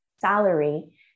salary